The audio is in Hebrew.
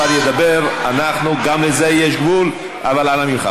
השר ידבר, גם לזה יש גבול, אבל אנא ממך.